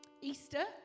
Easter